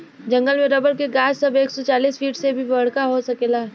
जंगल में रबर के गाछ सब एक सौ चालीस फिट से भी बड़का हो सकेला